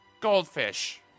Goldfish